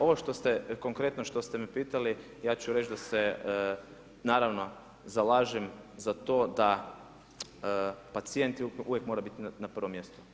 Ovo što ste, konkretno što ste me pitali ja ću reći da se naravno zalažem za to da pacijent uvijek mora biti na prvom mjestu.